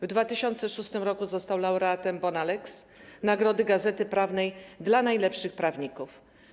W 2006 r. został laureatem Bona Lex, nagrody „Gazety Prawnej” dla najlepszych prawników.